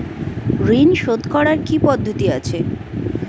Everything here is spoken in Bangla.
ঋন শোধ করার কি কি পদ্ধতি আছে?